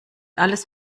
alles